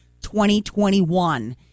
2021